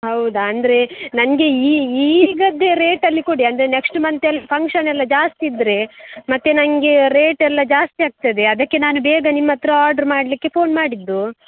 ಹೌದ ಅಂದರೆ ನನ್ಗೆ ಈಗಿದ್ದೆ ರೇಟಲ್ಲಿ ಕೊಡಿ ಅಂದರೆ ನೆಕ್ಸ್ಟ್ ಮಂತ್ ಎಲ್ಲ ಫಂಕ್ಷನ್ ಎಲ್ಲ ಜಾಸ್ತಿ ಇದ್ದರೆ ಮತ್ತೆ ನನ್ಗೆ ರೇಟ್ ಎಲ್ಲ ಜಾಸ್ತಿ ಆಗ್ತದೆ ಅದಕ್ಕೆ ನಾನು ಬೇಗ ನಿಮ್ಮ ಹತ್ರ ಆಡ್ರ್ ಮಾಡಲಿಕ್ಕೆ ಫೋನ್ ಮಾಡಿದ್ದು